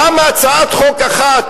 למה הצעת חוק אחת,